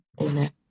amen